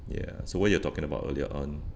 ya so what you're talking about earlier on